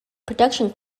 production